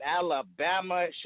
Alabama